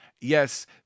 Yes